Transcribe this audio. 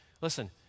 listen